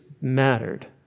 mattered